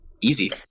Easy